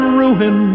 ruin